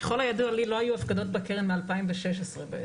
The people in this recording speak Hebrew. ככל הידוע לי לא היו הפקדות בקרן מ-2016 בעצם.